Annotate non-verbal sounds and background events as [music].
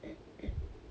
[noise]